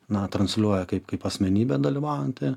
na transliuoja kaip kaip asmenybė dalyvaujanti